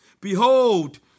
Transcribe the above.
Behold